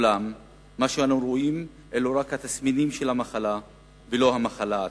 אולם מה שאנחנו רואים אלו רק התסמינים של המחלה ולא המחלה עצמה.